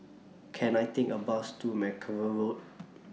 Can I Take A Bus to Mackerrow Road